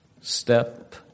step